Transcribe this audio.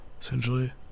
essentially